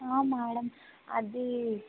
madam అదీ